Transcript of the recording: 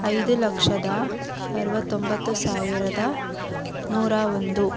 ಐದು ಲಕ್ಷದ ಅರವತ್ತೊಂಬತ್ತು ಸಾವಿರದ ನೂರ ಒಂದು